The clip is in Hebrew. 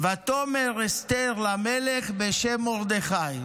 "ותאמר אסתר למלך בשם מרדכי"